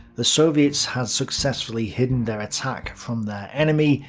the soviets had successfully hidden their attack from their enemy,